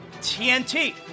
TNT